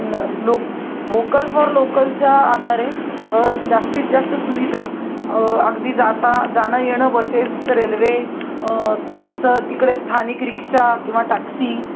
न लोक vocal for लोकलच्या आधारे जास्तीत जास्त सुविधा अगदी जाता जाणं येणं बसेस रेल्वे तुमचं तिकडे स्थानिक रिक्षा किंवा टॅक्सी